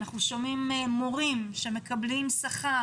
אנחנו שומעים על מורים שמקבלים שכר